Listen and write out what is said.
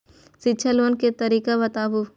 शिक्षा लोन के तरीका बताबू?